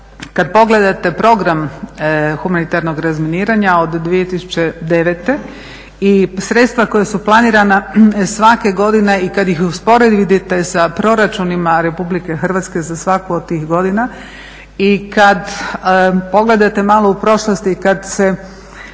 kada pogledate program humanitarnog razminiranja od 2009.i sredstva koja su planirana svake godine i kada ih usporedite sa proračunima RH za svaku od tih godina i kada pogledate malo u prošlost i kada se